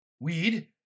Weed